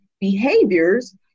behaviors